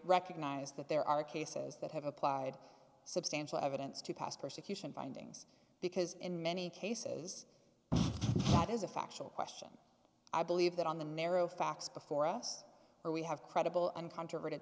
recognize that there are cases that have applied substantial evidence to past persecution findings because in many cases it is a factual question i believe that on the narrow facts before us here we have credible and controverted